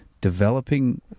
Developing